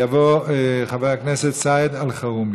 יבוא חבר הכנסת סעיד אלחרומי.